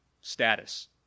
status